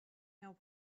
now